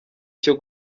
cyo